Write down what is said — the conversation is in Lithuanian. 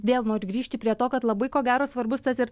vėl noriu grįžti prie to kad labai ko gero svarbus tas ir